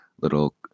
little